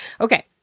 Okay